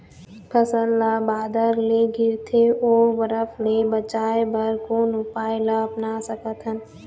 फसल ला बादर ले गिरथे ओ बरफ ले बचाए बर कोन उपाय ला अपना सकथन?